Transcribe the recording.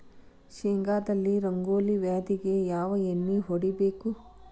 ಶೇಂಗಾದಲ್ಲಿ ರಂಗೋಲಿ ವ್ಯಾಧಿಗೆ ಯಾವ ಎಣ್ಣಿ ಹೊಡಿಬೇಕು?